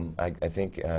i think